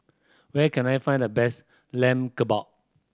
where can I find the best Lamb Kebab